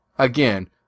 Again